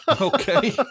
Okay